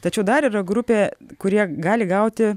tačiau dar yra grupė kurie gali gauti